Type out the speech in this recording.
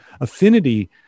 affinity